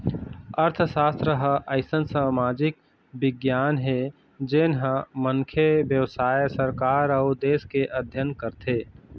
अर्थसास्त्र ह अइसन समाजिक बिग्यान हे जेन ह मनखे, बेवसाय, सरकार अउ देश के अध्ययन करथे